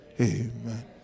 Amen